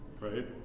right